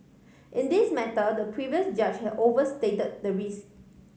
in this matter the previous judge have overstate the risk